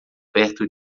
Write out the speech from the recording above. perto